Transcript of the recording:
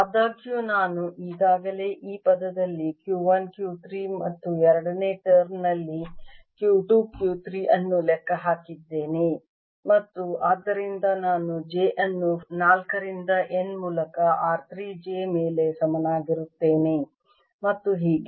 ಆದಾಗ್ಯೂ ನಾನು ಈಗಾಗಲೇ ಈ ಪದದಲ್ಲಿ Q1 Q 3 ಮತ್ತು ಎರಡನೇ ಟರ್ಮ್ ನಲ್ಲಿ Q 2 Q 3 ಅನ್ನು ಲೆಕ್ಕ ಹಾಕಿದ್ದೇನೆ ಮತ್ತು ಆದ್ದರಿಂದ ನಾನು j ಅನ್ನು 4 ರಿಂದ N ಮೂಲಕ r 3 j ಮೇಲೆ ಸಮನಾಗಿರುತ್ತೇನೆ ಮತ್ತು ಹೀಗೆ